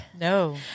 No